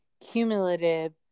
cumulative